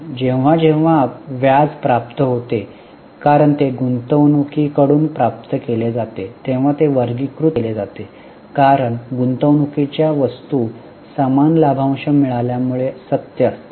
जेव्हा जेव्हा व्याज प्राप्त होते कारण ते गुंतवणूकीकडून प्राप्त केले जाते तेव्हा ते वर्गीकृत केले जाते कारण गुंतवणूकीच्या वस्तू समान लाभांश मिळाल्यामुळे सत्य असतात